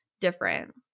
different